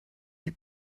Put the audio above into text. you